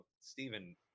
Stephen